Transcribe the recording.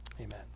amen